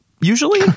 usually